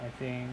I think